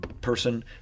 person